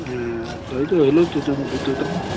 হ্যাঁ ঐতো